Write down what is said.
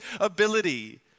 ability